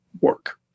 work